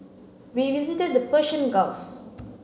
we visited the Persian Gulf